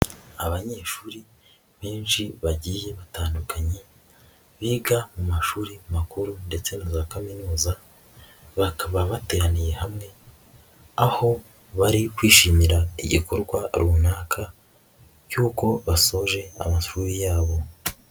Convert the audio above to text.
Abanyeshuri benshi bagiye batandukanye biga mu mashuri makuru ndetse na za kaminuza, bakaba bateraniye hamwe, aho bari kwishimira igikorwa runaka cy'uko basoje amashuri yabo.